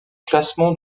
classement